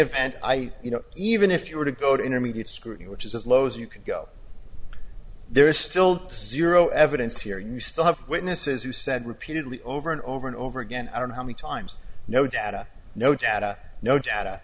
event i you know even if you were to go to intermediate school which is as low as you can go there is still zero evidence here you still have witnesses who said repeatedly over and over and over again i don't know how many times no data no data no data